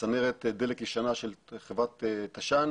צנרת דלק ישנה של חברת תש"ן